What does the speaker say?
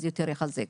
אז יותר יחזק.